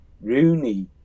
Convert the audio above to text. Rooney